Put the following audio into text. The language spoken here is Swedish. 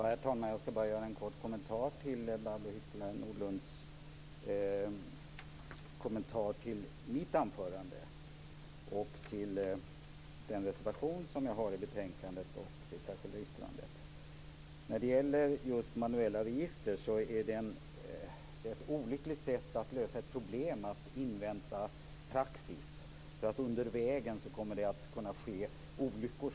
Herr talman! Jag skall bara kortfattat kommentera Barbro Hietala Nordlunds kommentar till mitt anförande och till den reservation och det särskilda yttrande som jag har i betänkandet. När det gäller manuella register är det ett olyckligt sätt att lösa ett problem genom att invänta praxis. Under vägen kommer det så att säga att kunna ske olyckor.